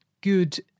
good